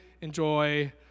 enjoy